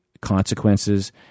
consequences